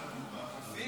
נתקבל.